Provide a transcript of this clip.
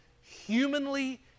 humanly